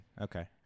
Okay